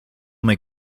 make